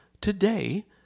Today